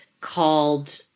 called